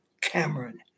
Cameron